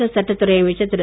தமழக சட்டத்துறை அமைச்சர் திரு